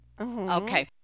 Okay